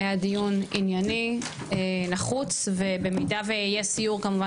היה דיון ענייני נחוץ ובמידה ויהיה סיור כמובן